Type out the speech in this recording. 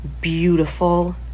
beautiful